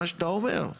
מה שאתה אומר.